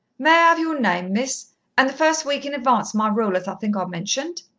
may i have your name, miss and the first week in advance my rule, as i think i mentioned.